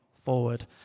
forward